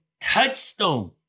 touchstone